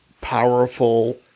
powerful